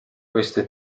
queste